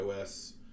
OS